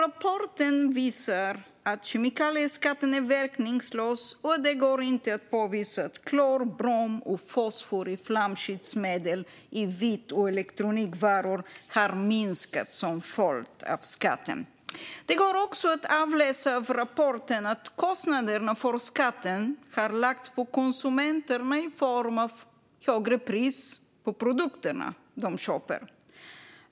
Rapporten visar att kemikalieskatten är verkningslös och att det inte går att påvisa att klor, brom och fosfor i flamskyddsmedel i vit och elektronikvaror har minskat som följd av skatten. Av rapporten går också att utläsa att kostnaderna för skatten har lagts på konsumenterna i form av högre pris på de produkter de köper.